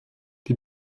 die